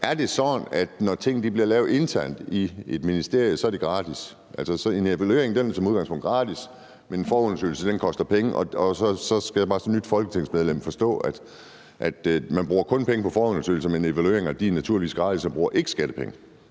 Er det sådan, at når ting bliver lavet internt i et ministerium, er det gratis, altså at en evaluering som udgangspunkt er gratis, men at en forundersøgelse koster penge? Altså at jeg som nyt folketingsmedlem bare skal forstå, at man kun bruger penge på forundersøgelser, men at evalueringer naturligvis er gratis og ikke koster skattepenge.